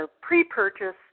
pre-purchase